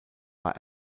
bei